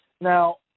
Now